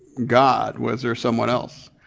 god, was there someone else?